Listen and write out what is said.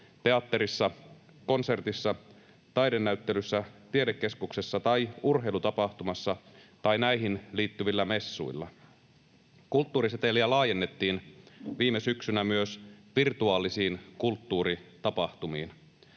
teatterissa, konsertissa, taidenäyttelyssä, tiedekeskuksessa tai urheilutapahtumassa tai näihin liittyvillä messuilla. Kulttuuriseteliä laajennettiin viime syksynä myös virtuaalisiin kulttuuritapahtumiin.